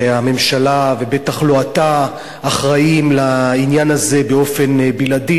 ולא הממשלה ובטח לא אתה אחראים לעניין הזה באופן בלעדי.